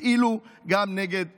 תפעילו גם נגד כולם.